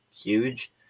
huge